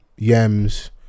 Yems